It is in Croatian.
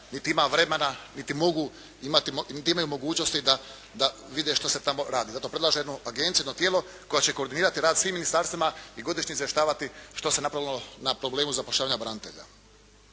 niti mogu imati, niti imaju mogućnosti da vide što se tamo radi. Zato predlažem jednu agenciju, jedno tijelo koje će koordinirati rad svim ministarstvima i godišnje izvještavati što se napravilo na problemu zapošljavanja branitelja.